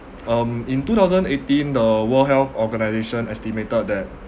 um in two thousand eighteen the world health organisation estimated that